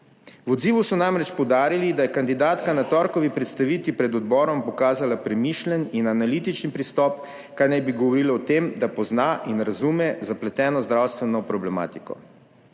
V odzivu so namreč poudarili, da je kandidatka na torkovi predstavitvi pred odborom pokazala premišljen in analitičen pristop, kar naj bi govorilo o tem, da pozna in razume zapleteno zdravstveno problematiko.